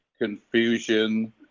confusion